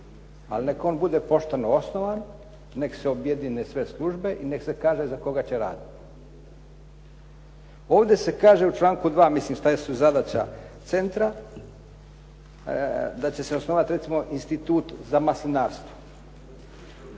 Ali nek on bude pošteno osnovan, nek se objedine sve službe, i nek se kaže za koga će raditi. Ovdje se kaže u članku 2., mislim šta jesu zadaća centra. Da će se osnovati recimo institut za maslinarstvo.